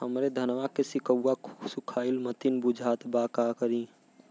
हमरे धनवा के सीक्कउआ सुखइला मतीन बुझात बा का करीं?